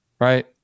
right